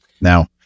Now